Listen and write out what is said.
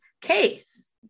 case